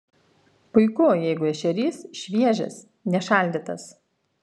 puiku jeigu ešerys šviežias ne šaldytas